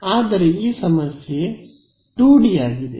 ಆದರೆ ಈ ಸಮಸ್ಯೆ 2D ಆಗಿದೆ